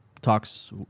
talks